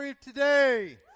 today